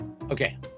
okay